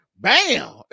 bam